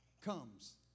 comes